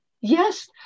Yes